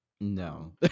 no